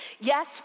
Yes